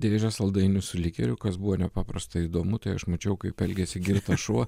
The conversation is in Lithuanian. dėžę saldainių su likeriu kas buvo nepaprastai įdomu tai aš mačiau kaip elgiasi girtas šuo